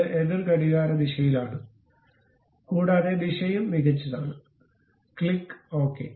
അത് എതിർ ഘടികാരദിശയിലാണ് കൂടാതെ ദിശയും മികച്ചതാണ് ക്ലിക് ഓക്കേ